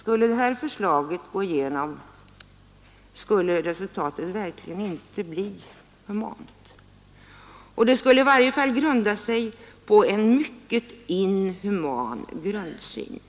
Om det förslaget gick igenom, skulle resultatet verkligen inte bli humant, och det skulle i varje fall bygga på en mycket inhuman grundsyn.